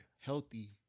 healthy